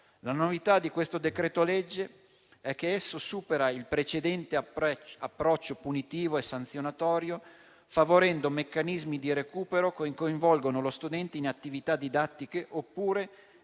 La novità di questo disegno di legge è che esso supera il precedente approccio punitivo e sanzionatorio, favorendo meccanismi di recupero che coinvolgono lo studente in attività didattiche, oppure,